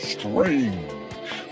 Strange